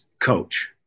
coach